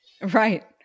Right